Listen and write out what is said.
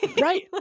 right